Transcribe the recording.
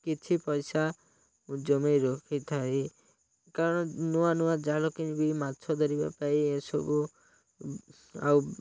କିଛି ପଇସା ଜମେଇ ରଖିଥାଏ କାରଣ ନୂଆ ନୂଆ ଜାଲ କିଣିକି ମାଛ ଧରିବା ପାଇଁ ଏସବୁ ଆଉ